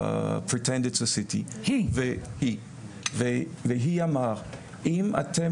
"Pretend It's a City" והיא אמרה אם אתם